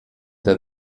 der